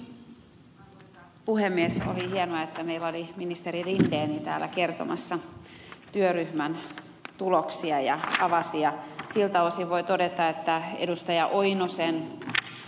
oli hienoa että meillä oli ministeri linden täällä kertomassa työryhmän tuloksia ja avasi niitä ja siltä osin voi todeta että ed